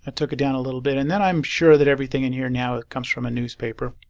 and took it down a little bit and then i'm sure that everything in here now it comes from a newspaper.